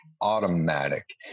automatic